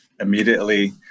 immediately